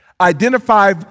Identify